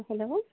hello